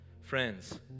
Friends